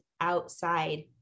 outside